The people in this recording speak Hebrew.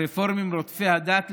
הרפורמים רודפי הדת,